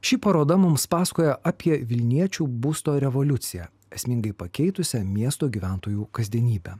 ši paroda mums pasakoja apie vilniečių būsto revoliuciją esmingai pakeitusią miesto gyventojų kasdienybę